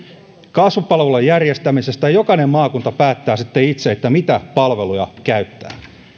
kasvupalvelulain järjestämisestä ja jokainen maakunta päättää sitten itse mitä palveluja käyttää